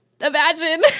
Imagine